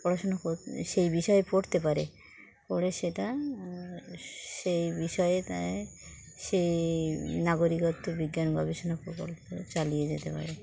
পড়াশুনা কর সেই বিষয়ে পড়তে পারে পড়ে সেটা সেই বিষয়ে তাই সেই নাগরিকত্ব বিজ্ঞান গবেষণা প্রকল্প চালিয়ে যেতে পারে